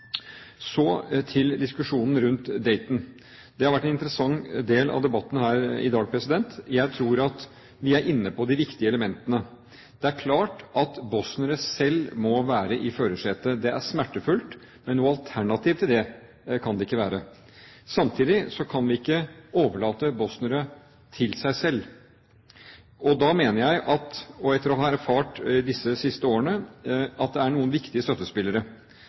Så til diskusjonen rundt Dayton: Det har vært en interessant del av debatten her i dag. Jeg tror vi er inne på de viktige elementene. Det er klart at bosniere selv må være i førersetet. Det er smertefullt, men noe alternativ til det kan det ikke være. Samtidig kan vi ikke overlate bosnierne til seg selv, og da mener jeg – etter å ha erfart disse siste årene – at det er noen viktige støttespillere.